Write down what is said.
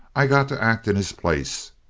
i got to act in his place.